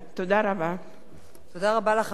תודה רבה לחברת הכנסת מרינה סולודקין.